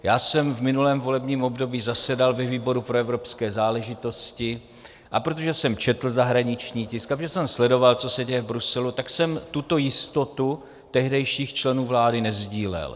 Já jsem v minulém volebním období zasedal ve výboru pro evropské záležitosti, a protože jsem četl zahraniční tisk a protože jsem sledoval, co se děje v Bruselu, tak jsem tuto jistotu tehdejších členů vlády nesdílel.